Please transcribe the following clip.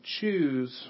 choose